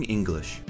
English